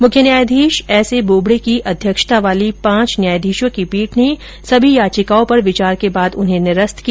मुख्य न्यायाधीश S A Bobde की अध्यक्षता वाली पांच न्यायाधीशों की पीठ ने सभी याचिकाओं पर विचार के बाद उन्हें निरस्त किया